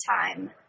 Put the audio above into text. time